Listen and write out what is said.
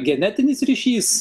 genetinis ryšys